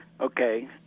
Okay